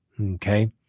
Okay